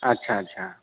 अच्छा अच्छा